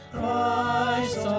Christ